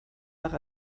nach